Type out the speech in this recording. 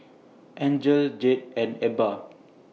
Angel Jed and Ebba